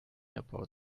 about